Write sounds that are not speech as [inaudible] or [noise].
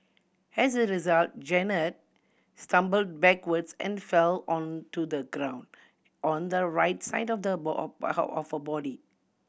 as a result Jeannette stumbled backwards and fell onto the ground on the right side of [unintelligible] of her body